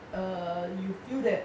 err you feel that